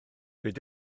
beth